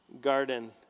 Garden